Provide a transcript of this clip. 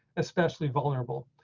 especially vulnerable.